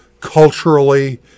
culturally